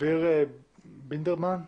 דביר בינדרמן?